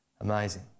Amazing